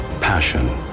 passion